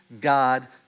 God